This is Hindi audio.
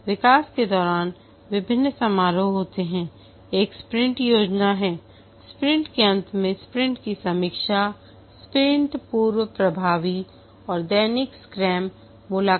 विकास के दौरान विभिन्न समारोह होते हैंएक स्प्रिंट योजना है स्प्रिंट के अंत में स्प्रिंट की समीक्षा स्प्रिंट पूर्वप्रभावी और दैनिक स्क्रैम मुलाकात